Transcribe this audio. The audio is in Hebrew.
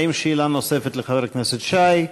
האם יש שאלה נוספת לחבר הכנסת שי?